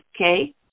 Okay